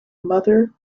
mother